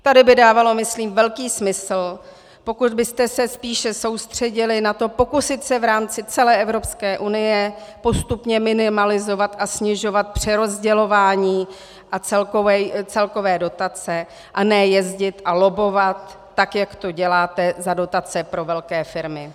Tady by dávalo myslím velký smysl, pokud byste se spíše soustředili na to pokusit se v rámci celé EU postupně minimalizovat a snižovat přerozdělování a celkové dotace a ne jezdit a lobbovat, tak jak to děláte, za dotace pro velké firmy.